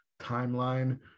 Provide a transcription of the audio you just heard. timeline